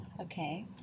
Okay